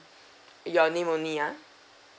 your name only ah